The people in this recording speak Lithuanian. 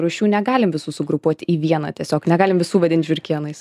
rūšių negalim visų sugrupuot į vieną tiesiog negalim visų vadint žiurkėnais